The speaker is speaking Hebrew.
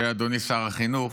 אדוני שר החינוך,